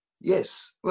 yes